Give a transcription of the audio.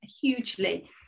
hugely